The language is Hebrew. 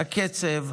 הקצב,